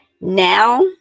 now